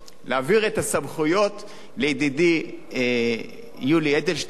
להעביר את הסמכויות לידידי יולי אדלשטיין,